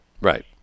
Right